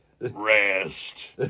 Rest